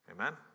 Amen